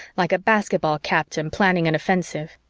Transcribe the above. like a basketball captain planning an offensive.